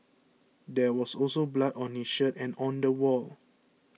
there was also blood on his shirt and on the wall